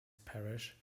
parish